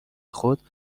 خود